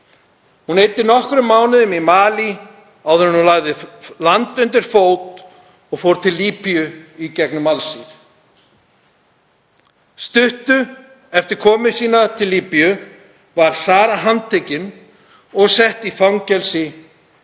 Hún eyddi nokkrum mánuðum í Malí áður en hún lagði land undir fót og fór til Líbíu í gegnum Alsír. Stuttu eftir komuna til Líbíu var Sara handtekin og sett í fangelsi